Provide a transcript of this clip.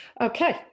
okay